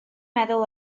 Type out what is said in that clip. meddwl